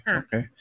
okay